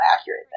accurate